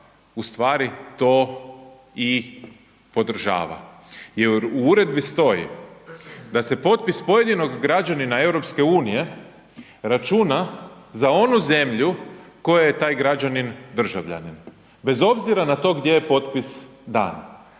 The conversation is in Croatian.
ustvari to i podržava jer u uredbi stoji da se potpis pojedinog građanina EU računa za onu zemlju koje je taj građanin državljanin, bez obzira na to gdje je potpis dan.